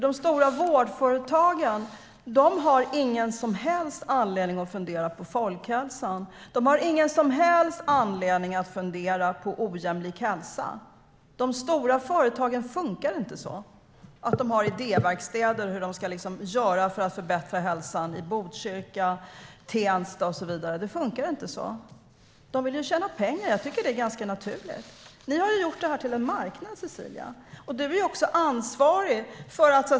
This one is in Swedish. De stora vårdföretagen har nämligen ingen som helst anledning att fundera på folkhälsan. De har ingen som helst anledning att fundera på ojämlik hälsa. De stora företagen funkar inte så. De har inte idéverkstäder som handlar om hur de ska göra för att förbättra hälsan i Botkyrka, Tensta och så vidare. Det funkar inte så. De vill tjäna pengar. Jag tycker att det är ganska naturligt. Ni har gjort det här till en marknad, Cecilia. Du är också ansvarig.